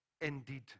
indeed